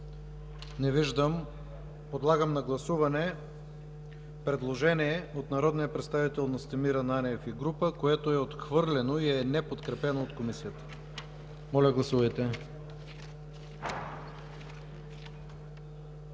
Не виждам. Подлагам на гласуване предложение от народния представител Настимир Ананиев и група народни представители, което е отхвърлено и е неподкрепено от Комисията. Моля, гласувайте.